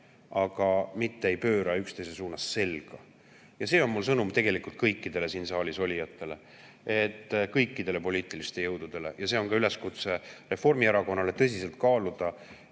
käe, mitte ei pööra üksteise suunas selga. See on mul sõnum tegelikult kõikidele siin saalis olijatele, kõikidele poliitilistele jõududele. Ja see on ka üleskutse Reformierakonnale: tõsiselt kaaluda